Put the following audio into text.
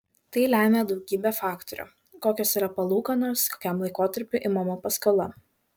tai lemia daugybė faktorių kokios yra palūkanos kokiam laikotarpiui imama paskola